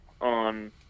on